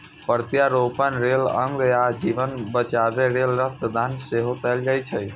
प्रत्यारोपण लेल अंग आ जीवन बचाबै लेल रक्त दान सेहो कैल जाइ छै